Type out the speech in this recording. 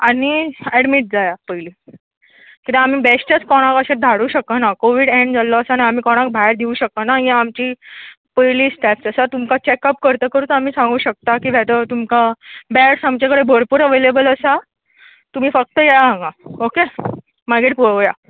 आनी ऍडमीट जायां पयली किद्याक आमी बेश्टेंत कोणाक अशें धाडू शकना कोवीड एँड जाल्लो आसा आनी आमी कोणाक भायर दीव शकना आमची पयली स्टॅप्स आसा तुमका चॅक अप करतकचूत आमी सांगू शकता की वॅदर तुमकां बॅड्स आमचे कडे भरपूर अवेलेबल आसा तुमी फक्त येयां हांगा ओके मागीर पळोवयां